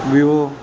Vivo